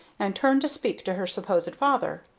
and turned to speak to her supposed father.